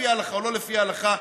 לפי ההלכה או לא לפי ההלכה,